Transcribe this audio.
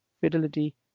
fidelity